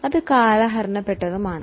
ഇത് കാലഹരണപ്പെട്ടതു മൂലമാണ്